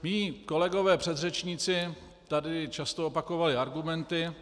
Mí kolegové předřečníci tady často opakovali argumenty.